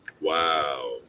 Wow